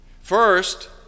First